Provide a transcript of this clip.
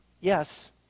yes